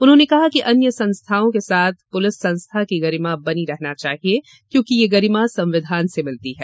उन्होंने कहा कि अन्य संस्थाओं के साथ पुलिस संस्था की गरिमा बनी रहना चाहिए क्योंकि यह गरिमा संविधान से मिलती हैं